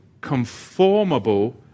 conformable